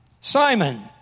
Simon